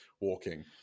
Walking